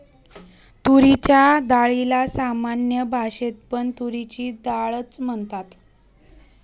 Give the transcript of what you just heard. तुरीच्या डाळीला सामान्य भाषेत पण तुरीची डाळ च म्हणतात